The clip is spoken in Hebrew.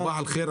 סבח אל ח'יר.